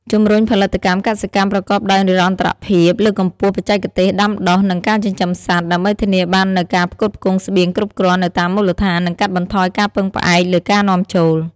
ជំរុញផលិតកម្មកសិកម្មប្រកបដោយនិរន្តរភាព លើកកម្ពស់បច្ចេកទេសដាំដុះ និងការចិញ្ចឹមសត្វ ដើម្បីធានាបាននូវការផ្គត់ផ្គង់ស្បៀងគ្រប់គ្រាន់នៅតាមមូលដ្ឋាន និងកាត់បន្ថយការពឹងផ្អែកលើការនាំចូល។